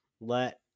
let